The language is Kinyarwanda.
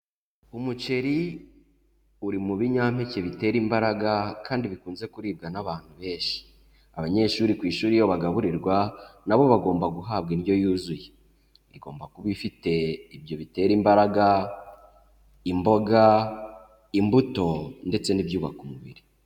Umuceri uri mu binyampeke bitera imbaraga, kandi bikunze kuribwa n'abantu benshi. Abanyeshuri ku ishuri iyo bagaburirwa, na bo bagomba guhabwa indyo yuzuye. Igomba kuba ifite ibyo bitera imbaraga, imboga, imbuto, ndetse n'ibyubaka umubiri.